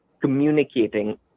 communicating